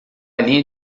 linha